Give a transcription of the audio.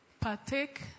Partake